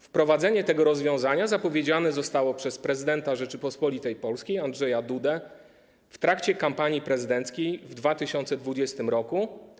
Wprowadzenie tego rozwiązania zapowiedziane zostało przez prezydenta Rzeczypospolitej Polskiej Andrzeja Dudę w trakcie kampanii prezydenckiej w 2020 r.